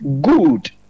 good